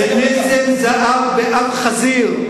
זה נזם זהב באף חזיר.